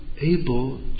able